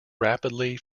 rapidly